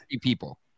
people